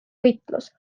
võitlus